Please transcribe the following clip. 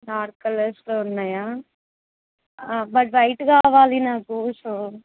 dark కలర్స్లో ఉన్నాయా but white కావాలి నాకు సో